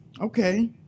okay